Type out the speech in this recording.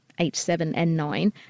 H7N9